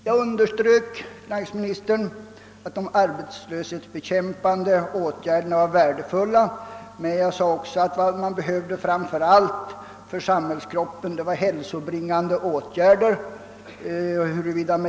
Jag underströk, herr finansminister, att de arbetslöshetsbekämpande åtgärderna var värdefulla, men jag sade också att samhällskroppen framför allt behöver hälsobringande åtgärder.